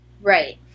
Right